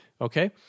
okay